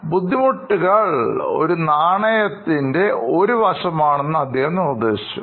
ബുദ്ധിമുട്ടുകൾ ഒരു നാണയത്തിന് ഒരു വശം ആണെന്ന് അദ്ദേഹം നിർദ്ദേശിച്ചു